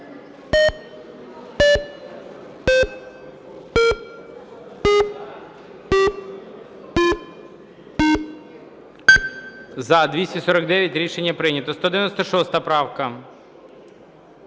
За-249 Рішення прийнято. 196 правка,